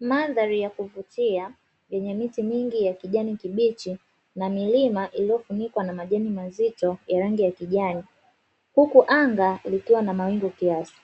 Mandhari ya kuvutia yenye miti mingi ya kijani kibichi na milima iliyofunikwa na majani mazito ya rangi ya kijani, huku anga likiwa na mawingu kiasi.